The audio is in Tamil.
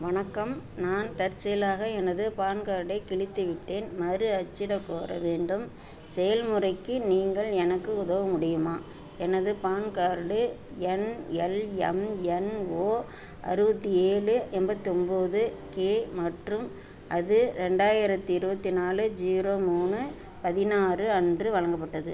வணக்கம் நான் தற்செயலாக எனது பான் கார்டைக் கிழித்துவிட்டேன் மறு அச்சிடக் கோர வேண்டும் செயல்முறைக்கு நீங்கள் எனக்கு உதவ முடியுமா எனது பான் கார்டு எண் எல்எம்என்ஓ அறுபத்தி ஏழு எண்பத்தொம்போது கே மற்றும் அது ரெண்டாயிரத்து இருபத்தி நாலு ஜீரோ மூணு பதினாறு அன்று வழங்கப்பட்டது